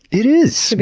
it is!